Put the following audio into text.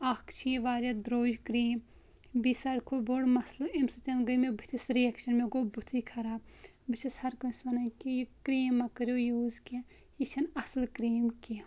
اَکھ چھِ یہِ واریاہ درٛوج کرٛیٖم بیٚیہِ ساروی کھۄتہٕ بوٚڈ مسلہٕ امہِ سۭتۍ گٔیے مےٚ بٔتھِس رِیَکشَن مےٚ گوٚو بُتھُے خَراب بہٕ چھس ہر کٲنٛسہِ وَنَان کہ یہِ کرٛیٖم مہ کٔرِو یوٗز کینٛہہ یہِ چھَنہٕ اَصٕل کرٛیٖم کینٛہہ